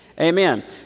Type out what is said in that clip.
Amen